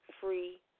free